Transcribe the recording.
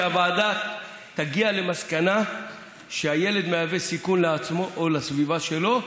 שהוועדה תגיע למסקנה שהילד מהווה סיכון לעצמו או לסביבה שלו,